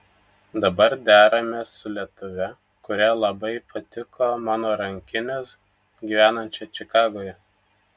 dabar deramės su lietuve kuriai labai patiko mano rankinės gyvenančia čikagoje